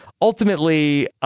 ultimately